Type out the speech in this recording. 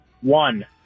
One